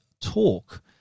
talk